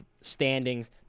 standings